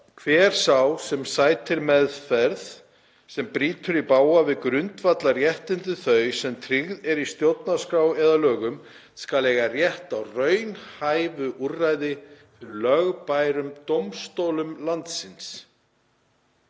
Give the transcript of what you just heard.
„Hver sá sem sætir meðferð, sem brýtur í bága við grundvallarréttindi þau sem tryggð eru í stjórnarskrá eða lögum, skal eiga rétt á raunhæfu úrræði fyrir lögbærum dómstólum landsins.“